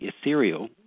ethereal